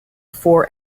for